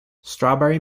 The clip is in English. strawberry